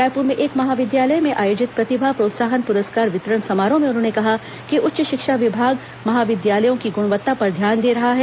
रायपुर में एक महाविद्यालय में आयोजित प्रतिभा प्रोत्साहन पुरस्कार वितरण समारोह में उन्होंने कहा कि उच्च शिक्षा विभाग महाविद्यालयों की गुणवत्ता पर ध्यान दे रहा है